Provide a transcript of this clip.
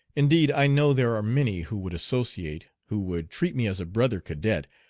indeed, i know there are many who would associate, who would treat me as a brother cadet,